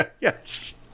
Yes